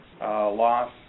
loss